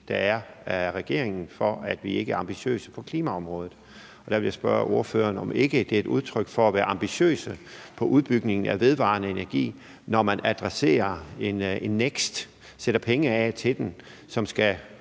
der er, af regeringen for ikke at være ambitiøs på klimaområdet. Der vil jeg spørge ordføreren, om ikke det er et udtryk for at være ambitiøs på udbygningen af vedvarende energi, når man etablerer NEKST og sætter penge af til det – NEKST, som skal